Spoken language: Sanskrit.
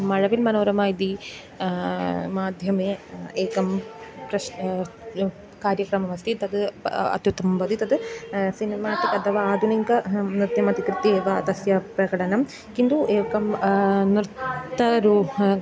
मळविन् मनोरमा इति माध्यमे एकं प्रश्नं कार्यक्रममस्ति तत् अत्युतमं भवति तत् सिनेमा अथवा आधुनिक सह नृत्यमधिकृत्य एव तस्य प्रकटनं किन्तु एकं नृत्यरूपं